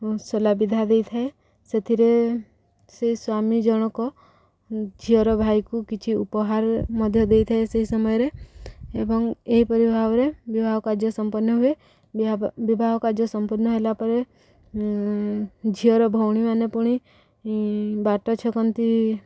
ଶଳା ବିିଧା ଦେଇଥାଏ ସେଥିରେ ସେ ସ୍ୱାମୀ ଜଣଙ୍କ ଝିଅର ଭାଇକୁ କିଛି ଉପହାର ମଧ୍ୟ ଦେଇଥାଏ ସେହି ସମୟରେ ଏବଂ ଏହିପରି ଭାବରେ ବିବାହ କାର୍ଯ୍ୟ ସମ୍ପନ୍ନ ହୁଏ ବା ବିବାହ କାର୍ଯ୍ୟ ସମ୍ପନ୍ନ ହେଲା ପରେ ଝିଅର ଭଉଣୀ ମାନେ ପୁଣି ବାଟ ଛକନ୍ତି